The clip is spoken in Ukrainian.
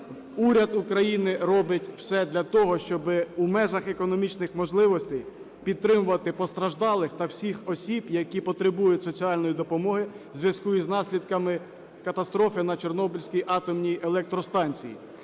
Уряд України робить все для того, щоб в межах економічних можливостей підтримувати постраждалих та всіх осіб, які потребують соціальної допомоги в зв'язку із наслідками катастрофи на Чорнобильській атомній електростанції.